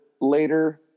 later